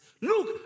Look